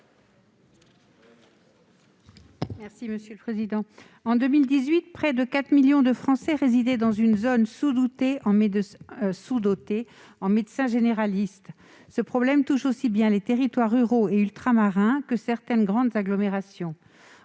n° 212 rectifié. En 2018, près de 4 millions de Français résidaient dans une zone sous-dotée en médecins généralistes. Ce problème touche aussi bien les territoires ruraux et ultramarins que certaines grandes agglomérations.